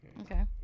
Okay